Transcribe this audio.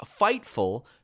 Fightful